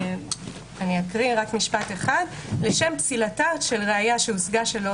אני אקריא רק משפט אחד: "לשם פסילתה של ראיה שהושגה שלא